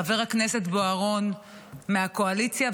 חבר הכנסת בוארון מהקואליציה,